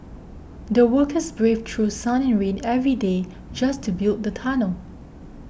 the workers braved through sun and rain every day just to build the tunnel